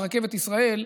על רכבת ישראל,